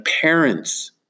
parents